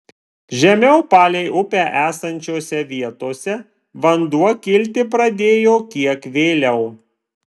žemiau palei upę esančiose vietose vanduo kilti pradėjo kiek vėliau